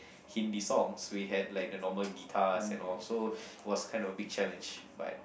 Hindi songs we had like the normal guitars and all so was kind of a bit challenge but